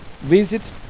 visit